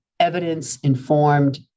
evidence-informed